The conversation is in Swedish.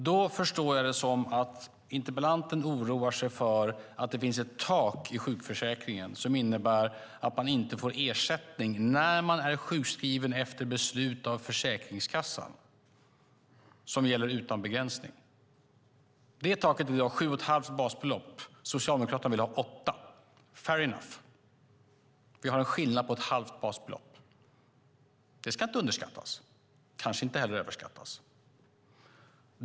Jag förstår det som att interpellanten oroar sig över att det finns ett tak i sjukförsäkringen som innebär att man inte får ersättning när man är sjukskriven efter beslut av Försäkringskassan, som gäller utan begränsning. Det taket är i dag sju och ett halvt basbelopp. Socialdemokraterna vill ha åtta. Vi har en skillnad på ett halvt basbelopp. Det ska inte underskattas - kanske inte heller överskattas.